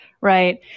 Right